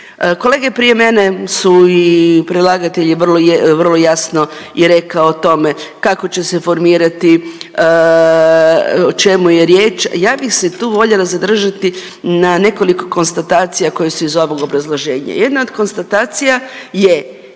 Kolege prije mene su i predlagatelji vrlo jasno je rekao o tome, kako će se formirati o čemu je riječ. Ja bih se tu voljela zadržati na nekoliko konstatacija koja su iz ovog obrazloženja. Jedna od konstatacija je